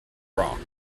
rock